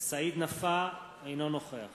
סעיד נפאע, אינו נוכח